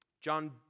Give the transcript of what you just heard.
John